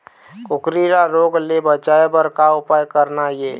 कुकरी ला रोग ले बचाए बर का उपाय करना ये?